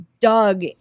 Doug